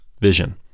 vision